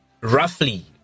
roughly